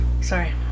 Sorry